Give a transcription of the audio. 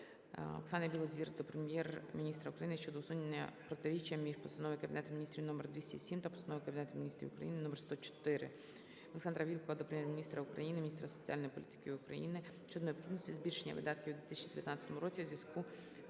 Оксани Білозір до Прем'єр-міністра України щодо усунення протиріччя між Постановою Кабінету Міністрів України № 207 та Постановою Кабінету Міністрів України №104. Олександра Вілкула до Прем'єр-міністра України, міністра соціальної політики України щодо необхідності збільшення видатків у 2019 році в зв'язку з